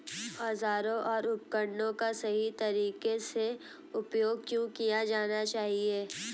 औजारों और उपकरणों का सही तरीके से उपयोग क्यों किया जाना चाहिए?